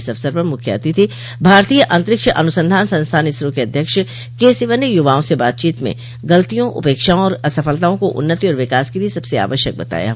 इस अवसर पर मुख्य अतिथि भारतीय अंतरिक्ष अनुसंधान संस्थान इसरो के अध्यक्ष के सिवन ने युवाओं से बातचीत में गलतियों उपेक्षाओं और असफलताओं को उन्नति और विकास के लिए सबसे आवश्यक बताया है